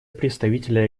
представителя